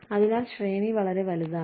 അതിനാൽ ശ്രേണി വളരെ വലുതാണ്